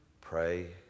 pray